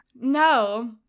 No